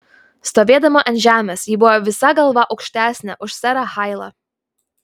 stovėdama ant žemės ji buvo visa galva aukštesnė už serą hailą